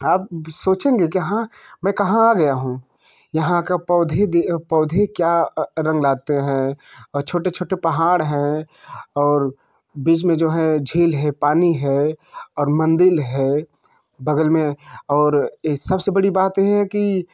आप सोचेंगे कि हाँ मैं कहाँ आ गया हूँ यहाँ का पौधे पौधे क्या रंग लाते हैं और छोटे छोटे पहाड़ हैं और बीच में जो है झील है पानी है और मंदिर है बगल में और सबसे बड़ी बात यह है कि